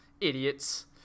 idiots